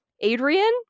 Adrian